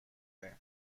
way